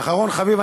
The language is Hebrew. ואחרון חביב,